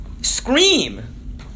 scream